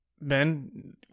Ben